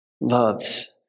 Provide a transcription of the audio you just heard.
loves